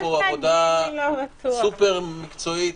יש פה עבודה סופר מקצועית,